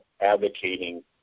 advocating